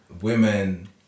women